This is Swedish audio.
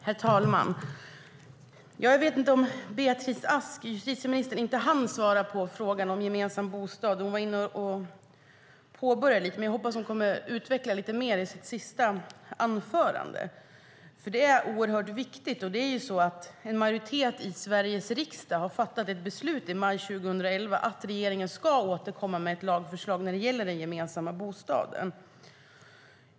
Herr talman! Jag vet inte om justitieministern inte hann svara på frågan om gemensam bostad. Hon var inne på det och påbörjade lite, så jag hoppas att hon kommer att utveckla det mer i sitt sista inlägg. Det är en viktig fråga. En majoritet i Sveriges riksdag fattade ett beslut i ärendet i maj 2011 och bad regeringen att återkomma med ett lagförslag när det gäller den gemensamma bostaden.